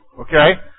okay